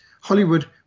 Hollywood